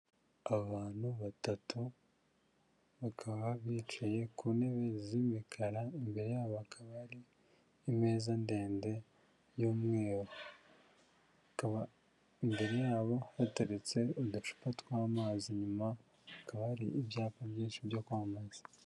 Abantu batatu bakaba bicaye ku ntebe z'imikara imbere yabo hakaba hari imeza ndende y'umweru hakaba imbere y'abo hateretse uducupa tw'amazi inyuma hakaba hari ibyapa byinshi byo kwamamaza.